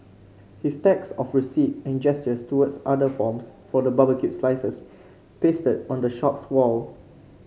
his stacks of receipts and gestures towards order forms for the barbecued slices pasted on the shop's wall